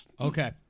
Okay